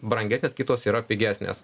brangesnės kitos yra pigesnės